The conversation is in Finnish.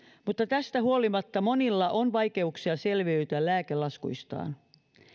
mutta tästä huolimatta monilla on vaikeuksia selviytyä lääkelaskuistaan